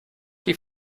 die